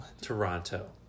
Toronto